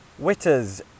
Witters